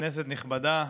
כנסת נכבדה,